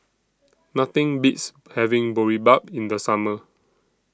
Nothing Beats having Boribap in The Summer